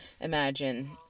imagine